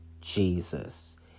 Jesus